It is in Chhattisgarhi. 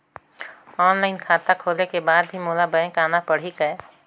ऑनलाइन खाता खोले के बाद भी मोला बैंक आना पड़ही काय?